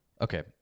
Okay